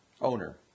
owner